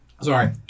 Sorry